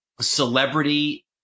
celebrity